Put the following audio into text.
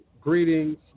Greetings